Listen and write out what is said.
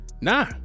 Nah